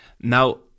Now